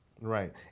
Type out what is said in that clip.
right